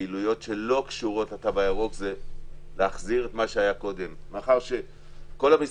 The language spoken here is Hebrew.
לפעילויות שלא קשורות לתו הירוק זה להחזיר את מה שהיה קודם.